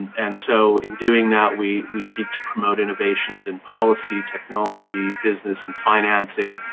and so in doing that we we seek to promote innovations in policy, technology, business and financing,